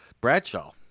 Bradshaw